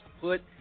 put